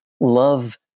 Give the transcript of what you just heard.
love